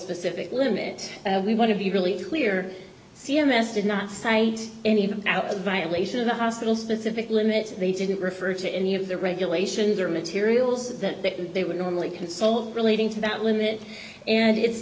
specific limits we want to be really clear c m s did not cite any of them out of violation of the hospital specific limits they didn't refer to any of the regulations or materials that they would normally console relating to that limit and it's